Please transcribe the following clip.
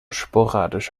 sporadisch